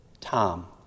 Tom